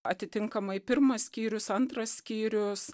atitinkamai pirmas skyrius antras skyrius